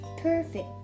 perfect